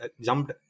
jumped